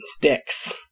dicks